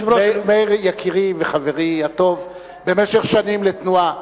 מאיר יקירי וחברי הטוב במשך שנים לתנועה,